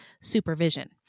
supervision